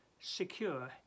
secure